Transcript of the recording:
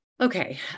Okay